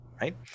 right